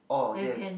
oh yes